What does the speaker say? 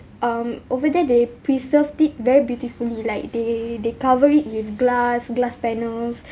um over there they preserve it very beautifully like they they cover it with glass glass panels